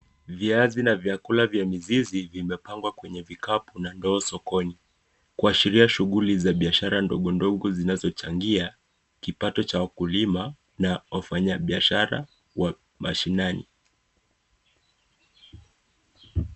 Viazi na vyakula vya mizizi vimepangwa kwenye vikapu na ndoo sokoni, kuashiria biashara ndogo ndogo zinazochangia kipato cha wakulima na wafanya biashara wa mashinani.